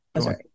sorry